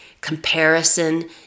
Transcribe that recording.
comparison